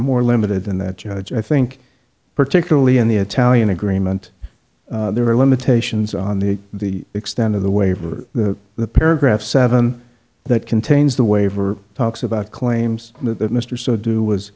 more limited than that you know it's i think particularly in the italian agreement there are limitations on the the extent of the waiver the the paragraph seven that contains the waiver talks about claims with mr so do was